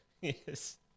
Yes